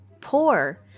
poor